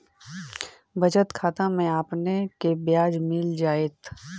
बचत खाता में आपने के ब्याज मिल जाएत